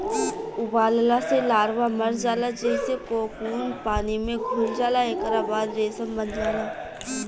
उबालला से लार्वा मर जाला जेइसे कोकून पानी में घुल जाला एकरा बाद रेशम बन जाला